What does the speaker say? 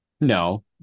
No